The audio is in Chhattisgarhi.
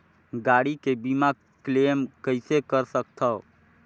गाड़ी के बीमा क्लेम कइसे कर सकथव?